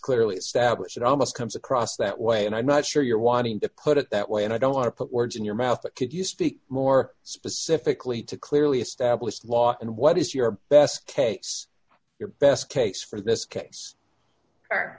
clearly established it almost comes across that way and i'm not sure you're wanting to put it that way and i don't want to put words in your mouth but could you speak more specifically to clearly established law d and what is your best case your best case for this case